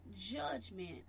judgment